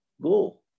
Go